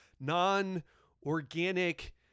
non-organic